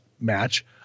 match